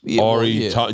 Ari